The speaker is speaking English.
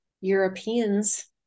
Europeans